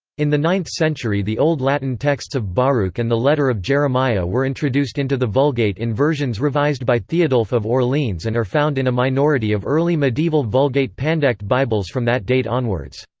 in the ninth century the old latin texts of baruch and the letter of jeremiah were introduced into the vulgate in versions revised by theodulf of orleans and are found in a minority of early medieval vulgate pandect bibles from that date onwards.